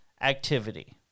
activity